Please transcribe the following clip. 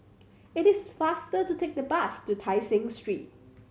it is faster to take the bus to Tai Seng Street